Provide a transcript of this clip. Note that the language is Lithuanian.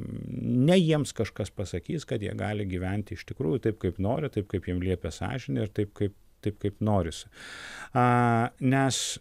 ne jiems kažkas pasakys kad jie gali gyventi iš tikrųjų taip kaip nori taip kaip jiems liepia sąžinė ar taip kaip taip kaip norisi a nes